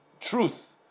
truth